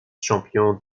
champion